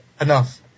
enough